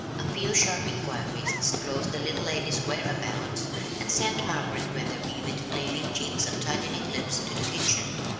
a few sharp inquiries disclosed the little lady's whereabouts and sent margaret wetherby with flaming cheeks and tightening lips into the kitchen.